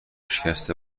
شکسته